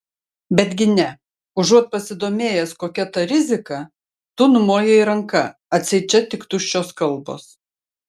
betgi ne užuot pasidomėjęs kokia ta rizika tu numojai ranka atseit čia tik tuščios kalbos